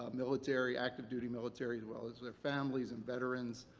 ah military, active-duty military as well as their families and veterans,